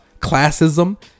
classism